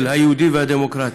של היהודי והדמוקרטי,